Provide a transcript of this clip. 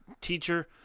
teacher